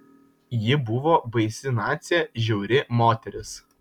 ji buvo baisi nacė žiauri moteris